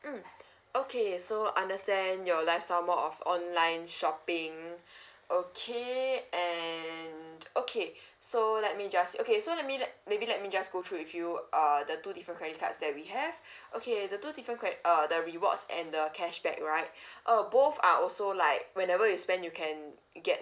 mm okay so understand your lifestyle more of online shopping okay and okay so let me just okay so let me let maybe let me just go through with you err the two different credit cards that we have okay the two different cred~ err the rewards and the cashback right err both are also like whenever you spend you can get